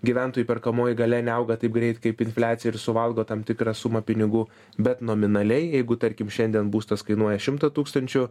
gyventojų perkamoji galia neauga taip greit kaip infliacija ir suvalgo tam tikrą sumą pinigų bet nominaliai jeigu tarkim šiandien būstas kainuoja šimtą tūkstančių